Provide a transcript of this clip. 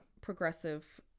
Progressive